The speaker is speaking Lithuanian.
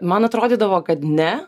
man atrodydavo kad ne